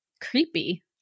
Creepy